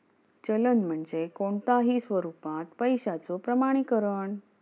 चलन म्हणजे कोणताही स्वरूपात पैशाचो प्रमाणीकरण